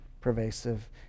pervasive